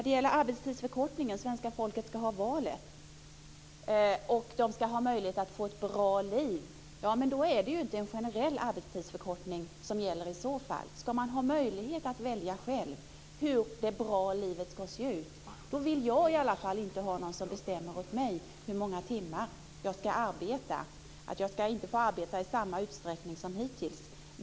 Det talas om arbetstidsförkortningen och att svenska folket ska få göra valet och få möjlighet till ett bra liv. Men i så fall är det ju inte en generell arbetstidsförkortning som gäller! Ska man ha möjlighet att välja själv hur ett bra liv ska se ut vill åtminstone inte jag ha någon som bestämmer åt mig hur många timmar jag ska arbeta och att jag inte ska få arbeta i samma utsträckning som hittills.